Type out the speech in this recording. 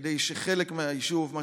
כדי שחלק מהיישוב יישאר,